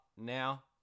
now